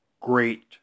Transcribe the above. great